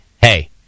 hey